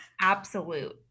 Absolute